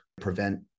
prevent